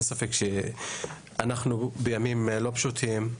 אין ספק שאנחנו בימים לא פשוטים,